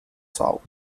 south